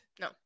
no